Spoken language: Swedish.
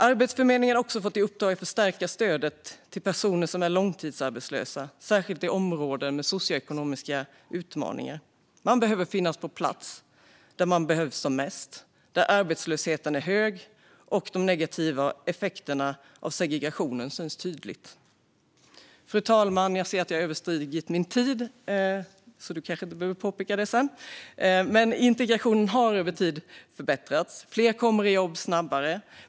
Arbetsförmedlingen har även fått i uppdrag att förstärka stödet till personer som är långtidsarbetslösa, särskilt i områden med socioekonomiska utmaningar. Man behöver finnas på plats där man behövs mest, där arbetslösheten är hög och där segregationens negativa effekter tydligt syns. Fru talman! Integrationen har över tid förbättrats, och fler kommer i jobb snabbare.